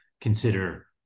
consider